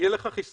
יהיה לך חיסכון,